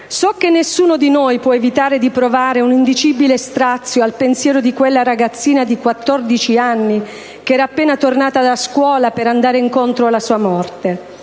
So che nessuno di noi può evitare di provare un indicibile strazio al pensiero di quella ragazzina di 14 anni che era appena tornata da scuola per andare incontro alla sua morte.